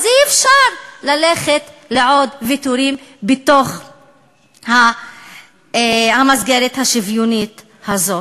אי-אפשר ללכת לעוד ויתורים בתוך המסגרת השוויונית הזאת.